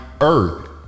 earth